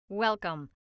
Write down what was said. Welcome